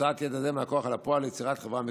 להוצאת ידע זה מהכוח אל הפועל ליצירת חברה מקיימת.